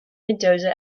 mendoza